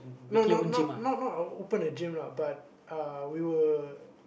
no no not not open a gym lah but uh we were